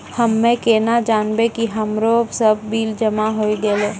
हम्मे केना जानबै कि हमरो सब बिल जमा होय गैलै?